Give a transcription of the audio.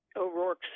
O'Rourke